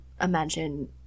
imagine –